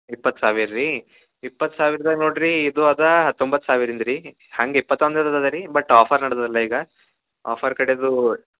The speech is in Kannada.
ಇಪ್ಪತ್ತು ಸಾವಿರ ರೀ ಇಪ್ಪತ್ತು ಸಾವಿರದ ನೋಡ್ರಿ ಇದು ಅದ ಹತ್ತೊಂಬತ್ತು ಸಾವಿರದಿಂದ ರೀ ಹಾಗೆ ಇಪ್ಪತ್ತು ಒಂದ್ರದ್ದು ಅದ ರೀ ಬಟ್ ಆಫರ್ ನಡ್ದದಲ್ಲ ಈಗ ಆಫರ್ ಕಡೆದು